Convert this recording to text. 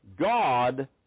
God